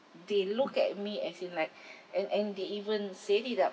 they look at me as in like and and they even said it out